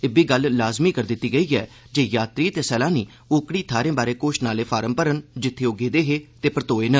इब्बी गल्ल लाजमी करी दित्ती गेई ऐ जे यात्री ते सैलानी ओकड़िए थाहरें बारै घोषणा आले फार्म भरन जित्थे ओह् गेदे हे ते परतोए न